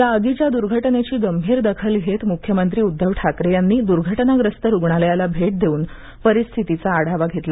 या आगीच्या दुर्घटनेची गंभीर दखल घेत मुख्यमंत्री उद्घव ठाकरे यांनी दुर्घटनाप्रस्त रुग्णालयाला भेट देऊन परिस्थितीचा आढावा घेतला